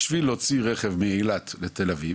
כדי להוציא רכב מאילת לתל אביב,